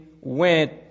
went